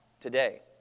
today